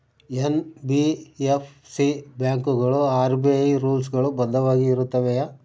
NBFC ಬ್ಯಾಂಕುಗಳು RBI rules ಗಳು ಬದ್ಧವಾಗಿ ಇರುತ್ತವೆಯ?